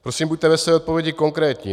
Prosím, buďte ve své odpovědi konkrétní.